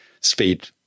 speed